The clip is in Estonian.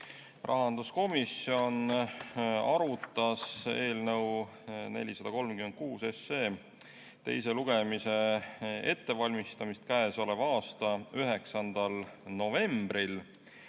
Rahanduskomisjon arutas eelnõu 464 teise lugemise ettevalmistamist käesoleva aasta 9. novembril